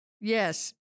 Yes